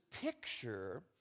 picture